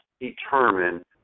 determine